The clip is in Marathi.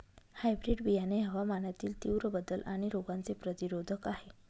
हायब्रीड बियाणे हवामानातील तीव्र बदल आणि रोगांचे प्रतिरोधक आहे